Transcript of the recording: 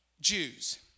Jews